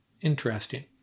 Interesting